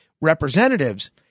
representatives